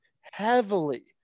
Heavily